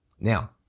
Now